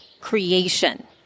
creation